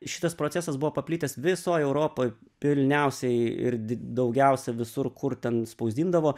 šitas procesas buvo paplitęs visoj europoj pilniausiai ir did daugiausia visur kur ten spausdindavo